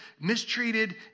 mistreated